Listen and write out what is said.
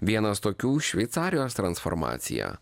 vienas tokių šveicarijos transformacija